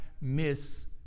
miss